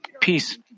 peace